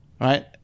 right